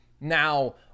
Now